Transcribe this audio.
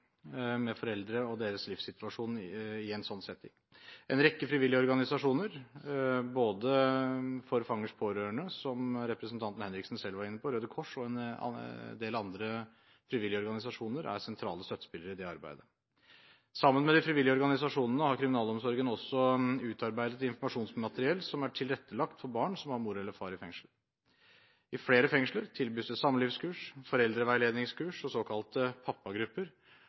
foreldre – i deres livssituasjon – i en sånn setting. En rekke frivillige organisasjoner – både For Fangers Pårørende, som representanten Henriksen var inne på, Røde Kors og en del andre – er sentrale støttespillere i det arbeidet. Sammen med de frivillige organisasjonene har kriminalomsorgen også utarbeidet informasjonsmateriell som er tilrettelagt for barn som har mor eller far i fengsel. I flere fengsler tilbys det samlivskurs, foreldreveiledningskurs og såkalte pappagrupper.